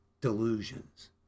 delusions